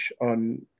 on